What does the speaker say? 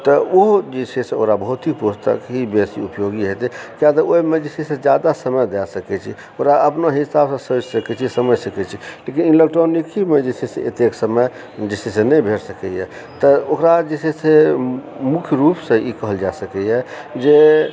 तऽ ओ जे छै से ओकरा बहुत ही बेसी उपयोगी हेतै कियातऽ ओहिमे जे छै से ज्यादा समय दए सकय छी ओकरा अपना हिसाबसँ सोचि सकय छी समझ सकय छी लेकिन इलेक्ट्रॉनिकीमे जे छै से एतेक समय जे छै से नहि भेट सकयैया तऽ ओकरा जे छै से मुख्य रुपसे ई कहल जा सकैयऽ जे